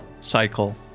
cycle